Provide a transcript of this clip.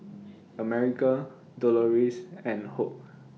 America Doloris and Hoke